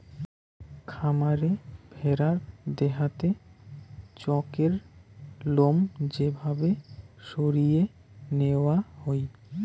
খামারে ভেড়ার দেহাতে চকের লোম যে ভাবে সরিয়ে নেওয়া হই